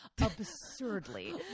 absurdly